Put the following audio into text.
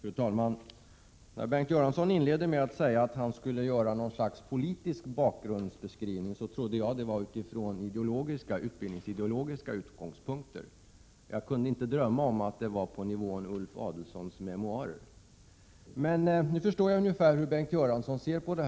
Fru talman! Bengt Göransson inledde sitt anförande med att säga att han skulle ge något slags politisk bakgrundsbeskrivning. Jag trodde att han då skulle ha utbildningsideologiska utgångspunkter. Jag kunde inte drömma om att det var på nivån Ulf Adelsohns memoarer han ämnade röra sig. Men nu förstår jag ungefär hur Bengt Göransson ser på saken.